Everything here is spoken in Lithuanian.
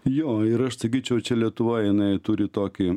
jo ir aš sakyčiau čia lietuvoj jinai turi tokį